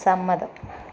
സമ്മതം